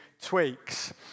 tweaks